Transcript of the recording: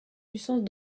puissances